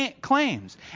claims